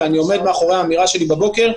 ואני עומד מאחורי האמירה שלי בבוקר,